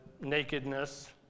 nakedness